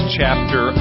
chapter